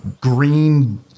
green